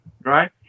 right